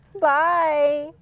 Bye